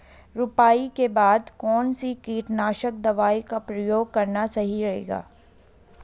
रुपाई के बाद कौन सी कीटनाशक दवाई का प्रयोग करना सही रहेगा?